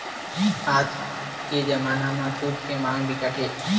आज के जमाना म सूत के मांग बिकट हे